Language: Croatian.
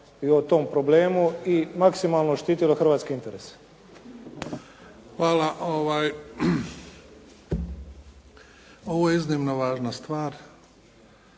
i o tom problemu i maksimalno štitilo hrvatske interese. **Bebić, Luka (HDZ)** Hvala. Ovo je iznimno važna stvar